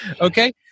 Okay